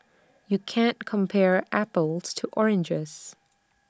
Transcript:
you can't compare apples to oranges